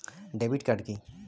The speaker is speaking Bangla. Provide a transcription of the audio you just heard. ডেবিট কার্ড কি?